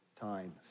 times